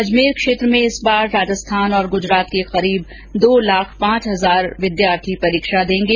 अजमेर क्षेत्र में इस बार राजस्थान और गुजरात के करीब दो लाख पांच हजार विद्यार्थी परीक्षा देंगे